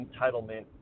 entitlement